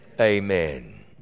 amen